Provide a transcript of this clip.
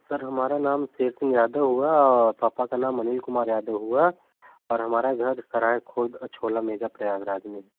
sir हमारा नाम शेर सिंह यादव हुआ और पापा का नाम अनिल कुमार यादव हुआ और हमारा घर सराय खुर्द छोला मेजा प्रयागराज में है